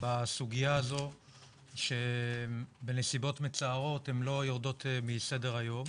בסוגיה הזו שבנסיבות מצערות הן לא יורדות מסדר היום.